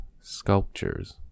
sculptures